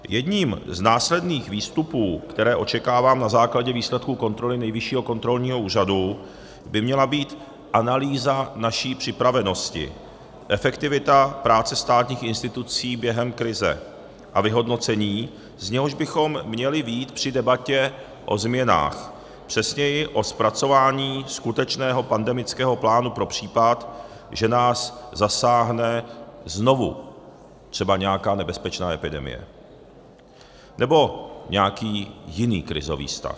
Jedním z následných výstupů, které očekávám na základě výsledků kontroly Nejvyššího kontrolního úřadu, by měla být analýza naší připravenosti, efektivita práce státních institucí během krize a vyhodnocení, z něhož bychom měli vyjít při debatě o změnách, přesněji o zpracování skutečného pandemického plánu pro případ, že nás zasáhne znovu třeba nějaká nebezpečná epidemie nebo nějaký jiný krizový stav.